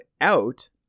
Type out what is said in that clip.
out